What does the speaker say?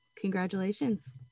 congratulations